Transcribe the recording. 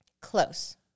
Close